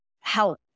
help